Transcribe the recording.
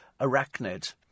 arachnid